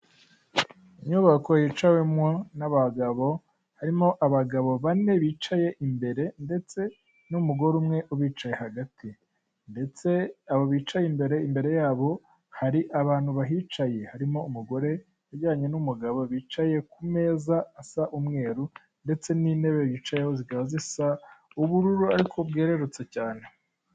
Inyubako yicawemo n'abagabo, harimo abagabo bane bicaye imbere ndetse n'umugore umwe ubicaye hagati ndetse abo bicaye imbere, imbere yabo hari abantu bahicaye, harimo umugore wegeranye n'umugabo bicaye ku meza asa umweru ndetse n'intebe yicayeho zikaba zisa ubururu ariko bwererutse cyane.